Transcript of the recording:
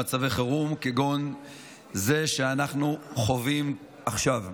במצבי חירום כגון זה שאנחנו חווים עכשיו,